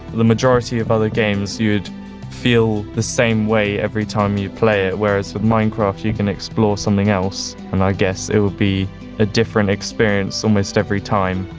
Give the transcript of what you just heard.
the majority of other games, you'd feel the same way every time you play it, whereas with minecraft, you can explore something else, and i guess it would be a different experience almost every time.